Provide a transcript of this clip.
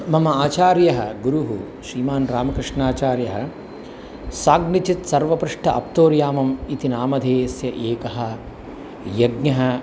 मम आचार्यः गुरुः श्रीमान् रामकृष्णाचार्यः साघ्मिचित् सर्वपृष्ठ अप्तोरियामम् इति नामधेयस्य एकं यज्ञम्